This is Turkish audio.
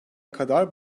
kadar